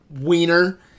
wiener